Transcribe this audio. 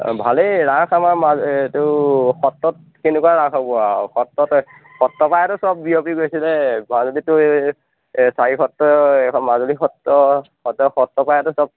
ভালেই ৰাস আমাৰ এইটো সত্ৰত কেনেকুৱা ৰাস হ'ব আউ সত্ৰত সত্ৰ পাইতো চব বিয়পি গৈছিলে মাজুলীতো চাৰিসত্ৰই মাজুলী সত্ৰ সত্ৰ সত্ৰপাইতো চব